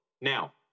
Now